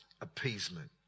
appeasement